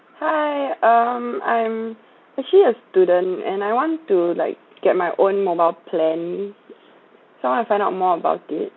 hi um I'm actually a student and I want to like get my own mobile plan so I want to find out more about this